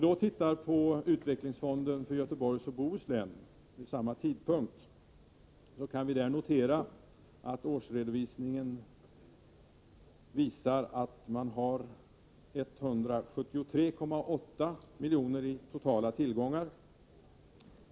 Beträffande utvecklingsfonden i Göteborgs och Bohus län kan vi för samma period notera att årsredovisningen upptar 173,8 miljoner i totala tillgångar.